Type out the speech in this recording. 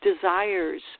desires